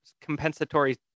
compensatory